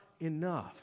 enough